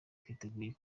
twitegure